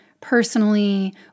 personally